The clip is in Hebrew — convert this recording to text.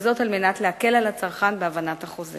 וזאת על מנת להקל על הצרכן את הבנת החוזה.